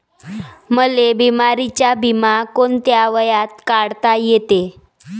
मले बिमारीचा बिमा कोंत्या वयात काढता येते?